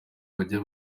bajya